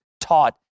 taught